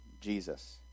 Jesus